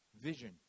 vision